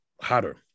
hotter